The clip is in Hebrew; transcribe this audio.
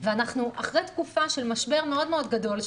אנחנו אחרי תקופה של משבר מאוד גדול,